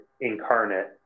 incarnate